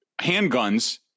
handguns